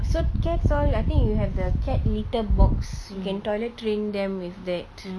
so cats all I think you have the cat litter box you can toilet train them with that